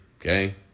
Okay